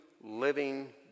living